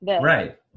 Right